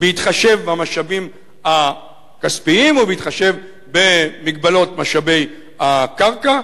בהתחשב במשאבים הכספיים ובהתחשב במגבלות משאבי הקרקע,